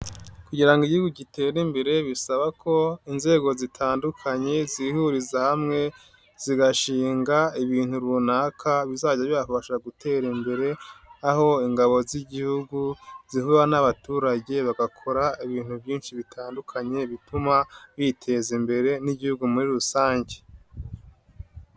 Kugira ngo igihugu gitere imbere bisaba ko inzego zitandukanye zihuriza hamwe, zigashinga ibintu runaka bizajya bibafasha gutera imbere, aho ingabo z'igihugu zihura n'abaturage bagakora ibintu byinshi bitandukanye, bituma biteza imbere n'igihugu muri rusange.